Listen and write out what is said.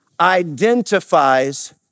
identifies